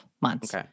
months